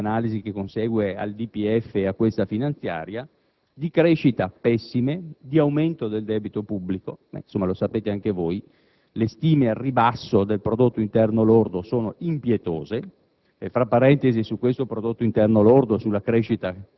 ci troviamo di fronte a prospettive - ultimo elemento di analisi che consegue al DPEF - di crescita pessime, di aumento del debito pubblico. Lo sapete anche voi che le stime al ribasso del prodotto interno lordo sono impietose